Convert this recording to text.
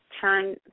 turn